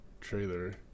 trailer